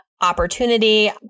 opportunity